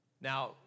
Now